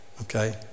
Okay